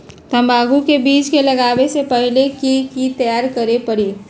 तंबाकू के बीज के लगाबे से पहिले के की तैयारी करे के परी?